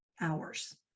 hours